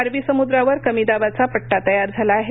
अरबी समूद्रावर कमी दाबाचा पट्टा तयार झाला आहे